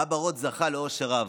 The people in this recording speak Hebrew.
האבא רוט זכה לעושר רב.